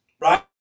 right